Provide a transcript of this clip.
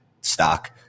stock